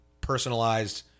personalized